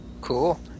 Cool